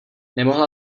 nemohla